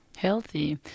Healthy